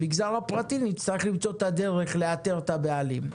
במגזר הפרטי נצטרך למצוא את הדרך לאתר את הבעלים,